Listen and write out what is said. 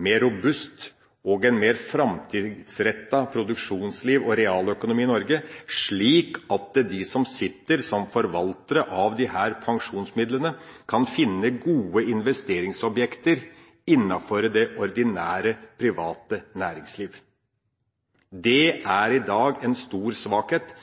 mer robust og mer framtidsrettet produksjonsliv og realøkonomi i Norge, slik at de som sitter som forvaltere av disse pensjonsmidlene, kan finne gode investeringsobjekter innenfor det ordinære, private næringsliv. Det er i dag en stor svakhet,